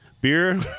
Beer